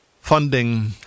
funding